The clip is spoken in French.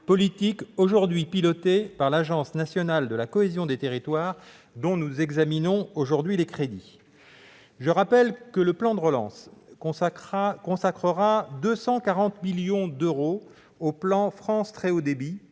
politique aujourd'hui pilotée par l'Agence nationale de la cohésion des territoires, dont nous examinons les crédits aujourd'hui. Je rappelle que le plan de relance consacrera 240 millions d'euros au plan France Très haut débit,